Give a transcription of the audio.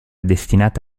destinata